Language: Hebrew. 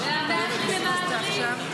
והמהדרין למהדרין?